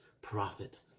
prophet